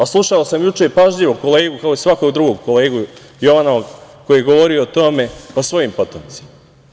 Slušao sam juče pažljivo kolegu, kao svakog drugog, Jovanova, koji je govorio o tome, o svojim potomcima.